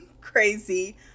crazy